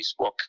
facebook